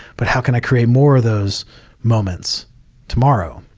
but how can i create more of those moments tomorrow?